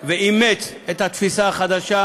ואימץ את התפיסה החדשה,